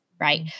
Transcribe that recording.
Right